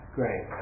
Great